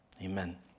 amen